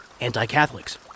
anti-Catholics